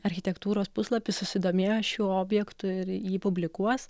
architektūros puslapis susidomėjo šiuo objektu ir jį publikuos